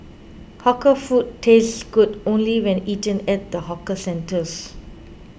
hawker food tastes good only when eaten at the hawker centres